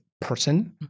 person